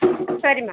சரிமா